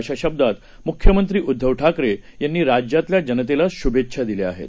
अशाशब्दातमुख्यमंत्रीउद्धवठाकरेयांनीराज्यातल्याजनतेलाशूभेच्छादिल्याआहेत